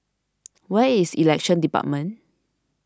where is Elections Department